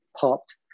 popped